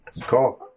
Cool